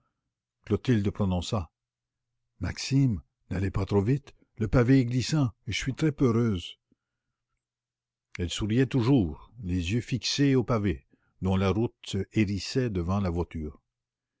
clotilde prononça maxime n'allez pas trop vite le pavé est glissant et je suis très peureuse elle souriait toujours les yeux fixés aux pavés dont la route se hérissait devant la voiture